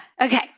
Okay